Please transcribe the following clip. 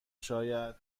شاید